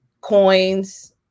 coins